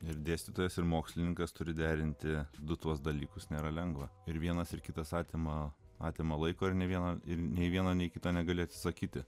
ir dėstytojas ir mokslininkas turi derinti du tuos dalykus nėra lengva ir vienas ir kitas atima atima laiko ir ne vieną ir nei viena nei kita negali atsisakyti